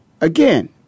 again